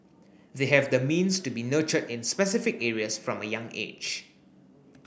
they have the means to be nurtured in specific areas from a young age